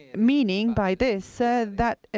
ah meaning by this that